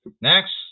Next